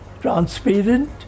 transparent